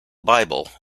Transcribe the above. bible